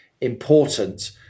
important